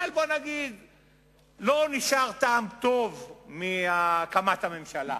אבל לא נשאר טעם טוב מהקמת הממשלה.